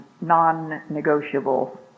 non-negotiable